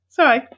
Sorry